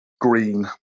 green